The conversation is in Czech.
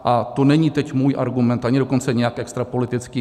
A to není teď můj argument, ani dokonce nějak extra politický.